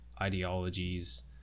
ideologies